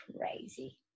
crazy